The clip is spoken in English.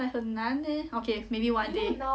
like 很难 leh okay maybe one day